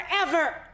forever